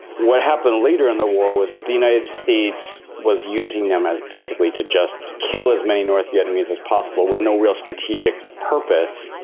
what happened later in the war was the united states was using them basically to just kill as many north vietnamese as possible with no real strategic purpose,